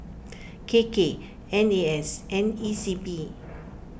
K K N A S and E C P